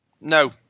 no